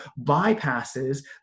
bypasses